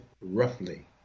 roughly